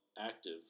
active